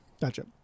gotcha